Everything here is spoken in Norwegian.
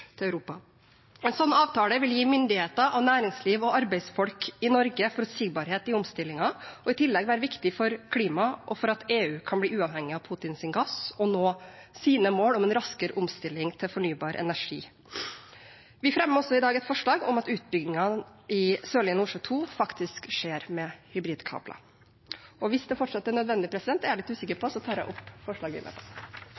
En sånn avtale vil gi myndigheter, næringsliv og arbeidsfolk i Norge forutsigbarhet i omstillingen og i tillegg være viktig for klimaet og for at EU kan bli uavhengig av Putins gass og nå sine mål om en raskere omstilling til fornybar energi. Vi fremmer i dag også et forslag om at utbyggingene i Sørlige Nordsjø 2 faktisk skjer med hybridkabler. Det er en helt annen diskusjon eller situasjon rundt denne tematikken enn det